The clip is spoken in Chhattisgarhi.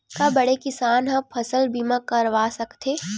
का बड़े किसान ह फसल बीमा करवा सकथे?